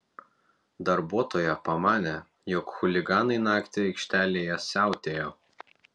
darbuotoja pamanė jog chuliganai naktį aikštelėje siautėjo